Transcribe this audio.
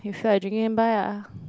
you feel like drinking then buy ah